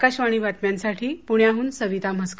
आकाशवाणी बातम्यांसाठी पुण्याहन सविता म्हसकर